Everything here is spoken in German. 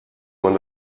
man